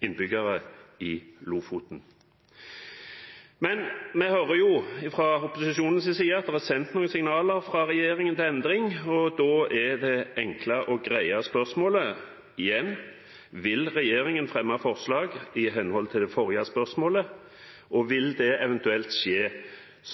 innbyggere i Lofoten. Men vi hører fra opposisjonens side at det er sendt noen signaler fra regjeringen om endring, og da er det enkle og greie spørsmålet igjen: Vil regjeringen fremme forslag i henhold til det forrige spørsmålet, og vil det eventuelt skje